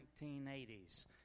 1980s